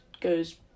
goes